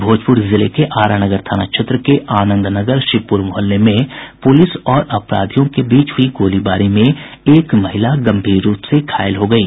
भोजपुर जिले के आरा नगर थाना क्षेत्र के आनंद नगर शिवपुर मोहल्ले में पुलिस और अपराधियों के बीच हुई गोलीबारी में एक महिला गंभीर रूप से घायल हो गयी